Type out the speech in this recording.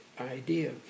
idea